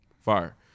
Fire